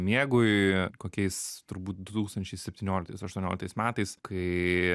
miegui kokiais turbūt du tūkstančiai septynioliktais aštuonioliktais metais kai